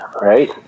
right